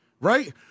Right